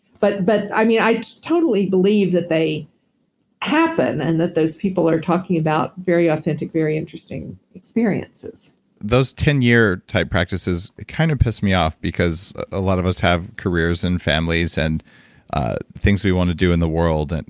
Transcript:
but but i mean, i totally believe that they happen, and that those people are talking about very authentic, very interesting experiences those ten year type practices kind of piss me off because a lot of us have careers and families, and things we want to do in the world, and